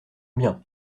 bien